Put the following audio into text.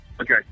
Okay